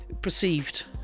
perceived